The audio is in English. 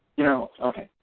you know, okay,